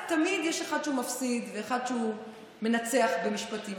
תמיד יש אחד שמפסיד ואחד שמנצח במשפטים,